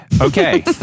Okay